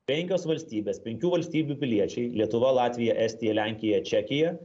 penkios valstybės penkių valstybių piliečiai lietuva latvija estija lenkija čekija